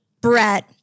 Brett